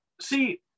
see